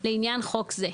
לעניין חוק זה.".